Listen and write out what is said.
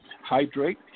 Hydrate